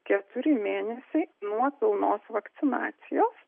keturi mėnesiai nuo pilnos vakcinacijos